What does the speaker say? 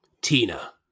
Tina